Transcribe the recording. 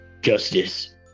justice